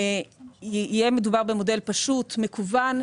יהיה מדובר במודל פשוט ומקוון,